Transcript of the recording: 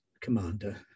Commander